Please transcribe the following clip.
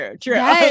true